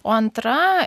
o antra